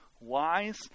wise